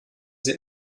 sie